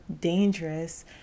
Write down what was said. dangerous